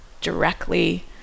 directly